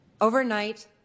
Overnight